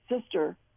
sister